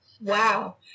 Wow